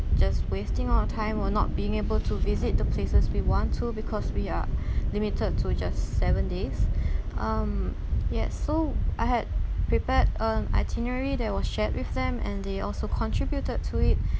just wasting our time or not being able to visit the places we want to because we are limited to just seven days um yes so I had prepared um itinerary there was shared with them and they also contributed to it